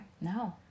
No